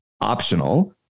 optional